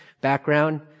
background